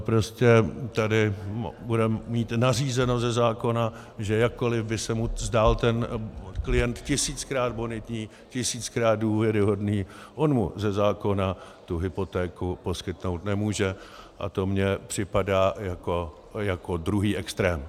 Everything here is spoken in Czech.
Prostě tady bude mít nařízeno ze zákona, že jakkoli by se mu zdál ten klient tisíckrát bonitní, tisíckrát důvěryhodný, on mu ze zákona tu hypotéku poskytnout nemůže, a to mi připadá jako druhý extrém.